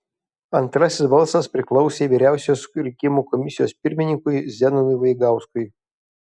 antrasis balsas priklausė vyriausiosios rinkimų komisijos pirmininkui zenonui vaigauskui